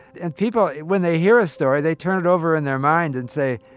and people, when they hear a story, they turn it over in their mind and say,